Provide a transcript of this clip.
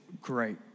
great